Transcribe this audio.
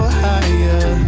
higher